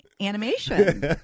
animation